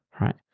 right